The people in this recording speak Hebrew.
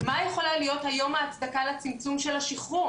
מה יכולה להיות היום ההצדקה לצמצום של השחרור?